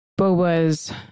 Boba's